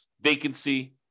vacancy